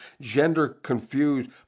gender-confused